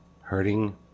hurting